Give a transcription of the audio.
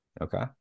okay